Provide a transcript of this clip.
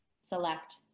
select